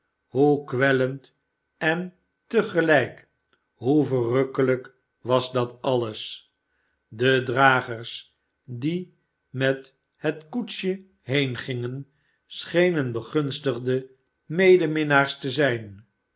hoe kwellend en te gelijk hoe verrukkelijk was dat alles de dragers die met het koetsje heengingen schenen begunstigde medeminnaars te zijn